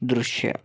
ದೃಶ್ಯ